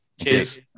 cheers